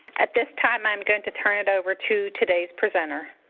at this time, i'm going to turn it over to today's presenter.